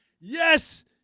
Yes